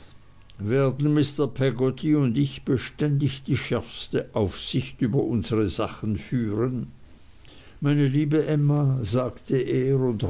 werden mr peggotty und ich beständig die schärfste aufsicht über unsere sachen führen meine liebe emma sagte